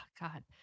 God